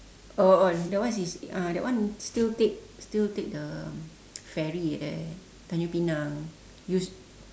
oh oh that one is uh that one still take still take the ferry at tanjung-pinang use